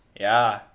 ya